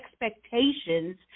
expectations